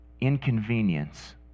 inconvenience